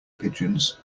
pigeons